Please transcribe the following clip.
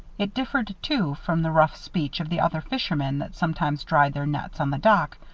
it differed, too, from the rough speech of the other fishermen that sometimes dried their nets on the dock,